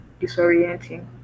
disorienting